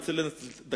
לא לקחו לך שום זמן.